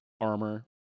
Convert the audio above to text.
armor